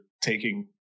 taking